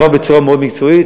זה עבר בצורה מאוד מקצועית,